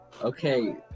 Okay